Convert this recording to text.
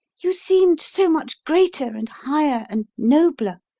you seemed so much greater and higher and nobler.